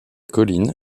colline